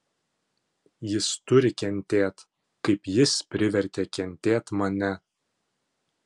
jis turi kentėt kaip jis privertė kentėt mane